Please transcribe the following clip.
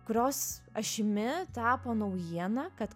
kurios ašimi tapo naujiena kad